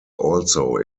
also